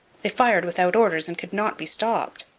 they fired without orders and could not be stopped.